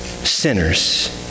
Sinners